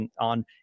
on